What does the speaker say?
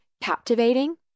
Captivating